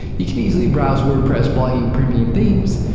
you can easily browse wordpress blogging premium themes.